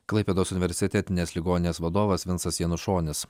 klaipėdos universitetinės ligoninės vadovas vincas janušonis